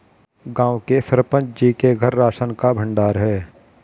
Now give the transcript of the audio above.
गांव के सरपंच जी के घर राशन का भंडार है